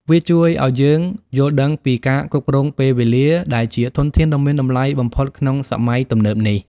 វាជួយឱ្យយើងយល់ដឹងពីការគ្រប់គ្រងពេលវេលា ដែលជាធនធានដ៏មានតម្លៃបំផុតក្នុងសម័យទំនើបនេះ។